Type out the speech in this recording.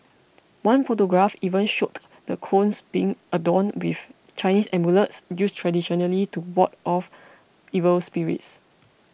one photograph even showed the cones being adorn with Chinese amulets used traditionally to ward off evil spirits